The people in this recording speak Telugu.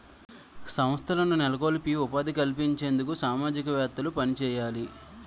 సంస్థలను నెలకొల్పి ఉపాధి కల్పించేందుకు సామాజికవేత్తలు పనిచేయాలి